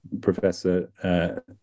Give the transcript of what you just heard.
Professor